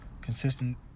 consistent